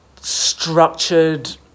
structured